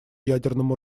ядерному